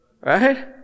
Right